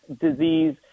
disease